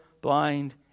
blind